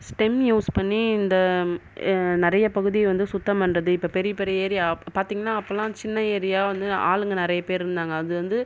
stem use பண்ணி இந்த நிறைய பகுதி வந்து சுத்தம் பண்ணுறது இப்ப பெரிய பெரிய ஏரியா பார்த்தீங்கன்னா அப்போல்லாம் சின்ன ஏரியா வந்து ஆளுங்கா நிறைய பேர் இருந்தாங்கள் அது வந்து